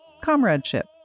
comradeship